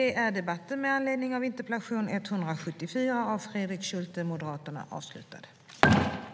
Det kommer vi naturligtvis att göra även i denna flyktingsituation.